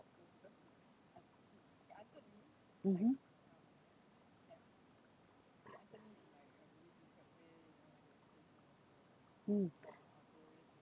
mmhmm mm